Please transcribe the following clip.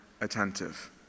attentive